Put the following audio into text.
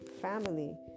family